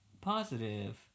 positive